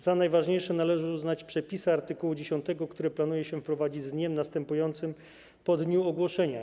Za najważniejszy z nich należy uznać przepisy art. 10, które planuje się wprowadzić z dniem następującym po dniu ogłoszenia.